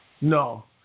No